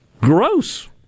gross